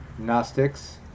Gnostics